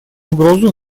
угрозу